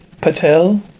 Patel